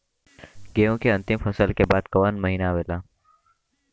गेहूँ के अंतिम फसल के बाद कवन महीना आवेला?